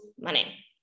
money